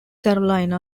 carolina